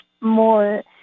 more